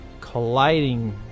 colliding